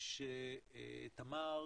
שתמר